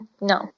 No